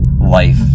life